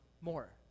more